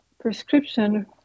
prescription